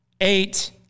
eight